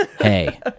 Hey